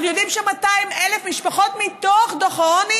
אנחנו יודעים ש-200,000 משפחות מתוך דוח העוני